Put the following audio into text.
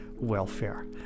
welfare